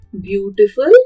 beautiful